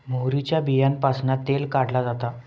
मोहरीच्या बीयांपासना तेल काढला जाता